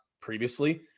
previously